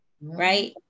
right